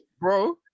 Bro